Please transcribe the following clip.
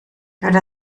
würde